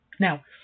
Now